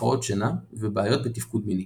הפרעות שינה ובעיות בתפקוד מיני.